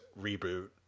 reboot